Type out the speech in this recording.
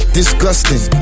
Disgusting